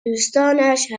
دوستانش